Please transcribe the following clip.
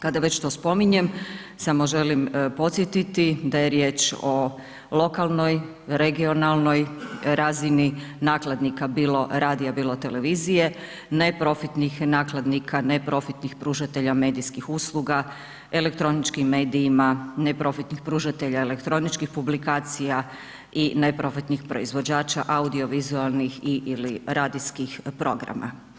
Kada već to spominjem, samo želim podsjetiti da je riječ o lokalnoj, regionalnoj razini, nakladnika bilo radija, bilo televizije, neprofitnih nakladnika, neprofitnih pružatelja medijskih usluga, elektroničkim medijima, neprofitnim pružatelja elektroničkih publikacija i neprofitnih proizvođača i audiovizualnih i/ili radijskih programa.